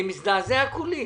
אני מזדעזע כולי.